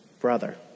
brother